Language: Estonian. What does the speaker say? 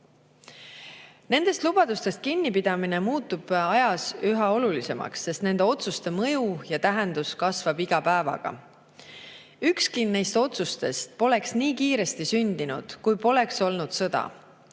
Nendest lubadustest kinnipidamine muutub nüüd ajas üha olulisemaks, sest nende otsuste mõju ja tähendus kasvab iga päevaga. Ükski neist otsustest poleks nii kiiresti sündinud, kui poleks olnud sõda.